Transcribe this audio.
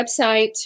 website